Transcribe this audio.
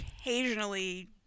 occasionally